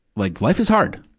like life is hard.